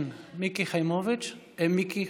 חברת הכנסת מיקי חיימוביץ', בבקשה.